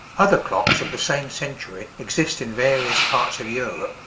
other clocks of the same century exist in various parts of europe,